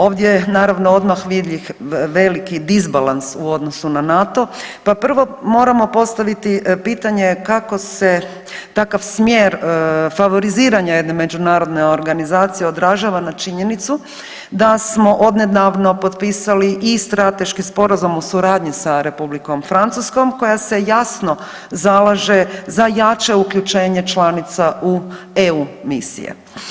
Ovdje je naravno odmah vidljiv veliki disbalans u odnosu na NATO, pa prvo moramo postaviti pitanje kako se takav smjer favoriziranja jedne međunarodne organizacije odražava na činjenicu da smo odnedavno potpisali i strateški sporazum u suradnji sa Republikom Francuskom koja se jasno zalaže za jače uključenje članica u EU misije.